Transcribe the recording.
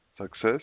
success